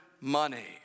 money